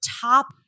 top